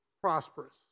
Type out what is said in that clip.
prosperous